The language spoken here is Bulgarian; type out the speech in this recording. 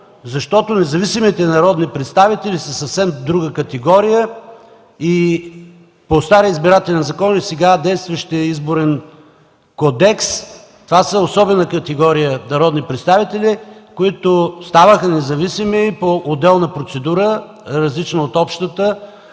защото независимите народни представители са съвсем друга категория и по стария Избирателен закон, и по сега действащия Изборен кодекс. Това са особена категория народни представители, които станаха независими по отделна процедура, различна от общата,